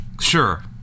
sure